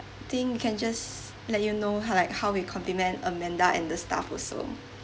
I think we can just let you know how like how we compliment amanda and the staff also